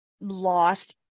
lost